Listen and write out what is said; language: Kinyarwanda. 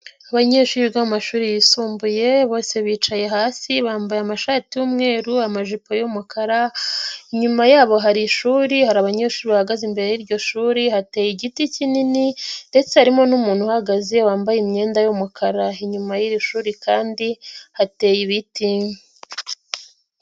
Abanyeshuri biga mu mashuri yisumbuye, bose bicaye hasi bambaye amashati y'umweru, amajipo y'umukara, inyuma yabo hari ishuri, hari abanyeshuri bahagaze imbere y'iryo shuri, hateye igiti kinini ndetse harimo n'umuntu uhagaze wambaye imyenda y'umukara, inyuma y'iri shuri kandi hateye ibiti.